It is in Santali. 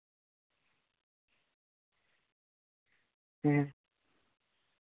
ᱦᱩᱸ